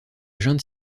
junte